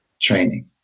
training